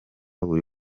buri